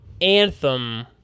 Anthem